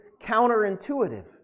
counterintuitive